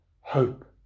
hope